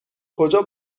کجا